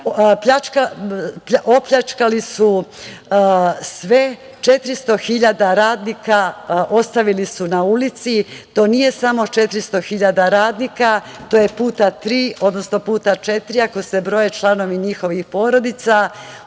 opljačkali su sve, 400 hiljada radnika ostavili su na ulici, a to nije samo 400 hiljada radnika, to je puta tri, odnosno puta četiri, ako se broje članovi njihovih porodica.